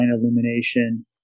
illumination